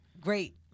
great